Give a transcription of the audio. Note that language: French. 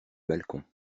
balcon